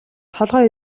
толгой